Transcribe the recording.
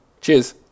Cheers